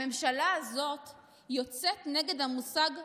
הממשלה הזו יוצאת נגד המושג "פרוגרס".